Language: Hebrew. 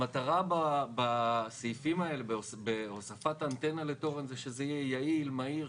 המטרה בסעיפים האלה בהוספת אנטנה לתורן ושזה יהיה יעיל ומהיר,